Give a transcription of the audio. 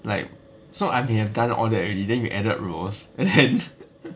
like so I may have done all that already then you added rows and then